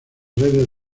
redes